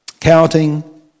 Counting